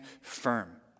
firm